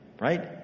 right